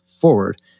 forward